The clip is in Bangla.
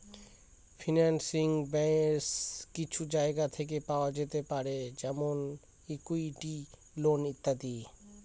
ফিন্যান্সিং বেস কিছু জায়গা থেকে পাওয়া যেতে পারে যেমন ইকুইটি, লোন ইত্যাদি